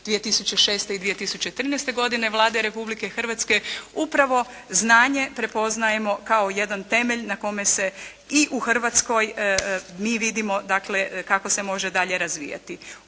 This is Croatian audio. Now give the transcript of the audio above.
2006. i 2014. Vlade Republike Hrvatske upravo znanje prepoznajemo kao jedan temelj na kome se i u Hrvatskoj mi vidimo dakle, kako se može dalje razvijati.